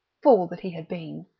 fool that he had been!